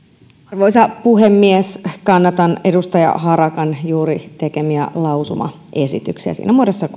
arvoisa puhemies kannatan edustaja harakan juuri tekemiä lausumaesityksiä siinä muodossa